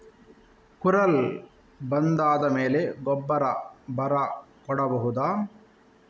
ಕುರಲ್ ಬಂದಾದ ಮೇಲೆ ಗೊಬ್ಬರ ಬರ ಕೊಡಬಹುದ?